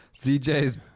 ZJ's